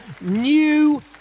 new